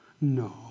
No